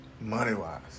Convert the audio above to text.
Money-wise